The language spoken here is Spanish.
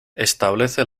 establece